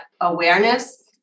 awareness